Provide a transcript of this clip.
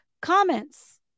comments